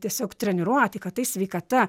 tiesiog treniruoti kad tai sveikata